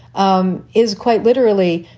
um is quite literally,